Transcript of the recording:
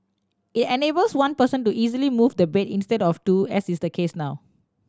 it enables one person to easily move the bed instead of two as is the case now